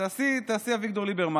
תעשי: אביגדור ליברמס,